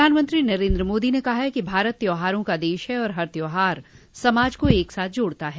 प्रधानमंत्री नरेंद्र मोदी ने कहा है कि भारत त्योहारों का देश है और हर त्योहार समाज को एक साथ जोड़ता है